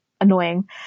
annoying